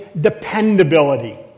dependability